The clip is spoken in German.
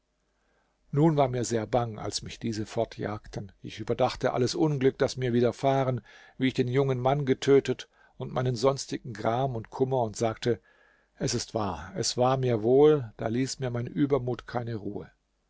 nun war mir sehr bang als mich diese fortjagten ich überdachte alles unglück das mir widerfahren wie ich den jungen mann getötet und meinen sonstigen gram und kummer und sagte es ist wahr es war mir wohl da ließ mir mein übermut keine ruhe